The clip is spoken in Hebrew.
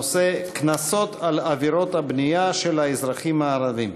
הנושא: קנסות על עבירות הבנייה של האזרחים הערבים.